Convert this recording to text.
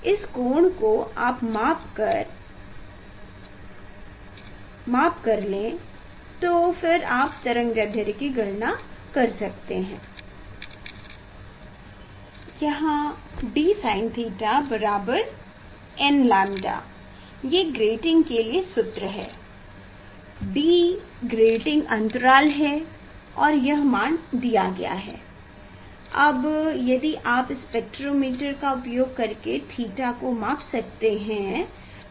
इस कोण को आप माप करलें तो आप तरंग दैर्ध्य की गणना कर सकते हैं यहाँ d sin𝛉 बराबर n𝛌 ये ग्रेटिंग के लिए सूत्र है d ग्रेटिंग अंतराल है और यह मान दिया गया है अब यदि आप स्पेक्ट्रोमीटर का उपयोग करके थीटा को माप सकते हैं